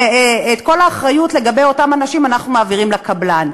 ואת כל האחריות לגבי אותם אנשים אנחנו מעבירים לקבלן,